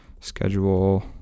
schedule